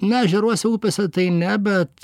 na ežeruose upėse tai ne bet